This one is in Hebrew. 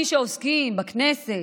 מי שעוסקים בכנסת,